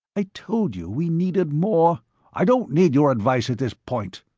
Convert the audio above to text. i told you we needed more i don't need your advice at this point,